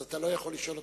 אתה לא יכול לשאול אותו.